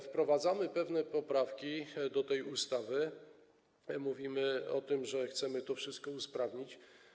Wprowadzamy pewne poprawki do tej ustawy, mówimy o tym, że chcemy to wszystko usprawnić.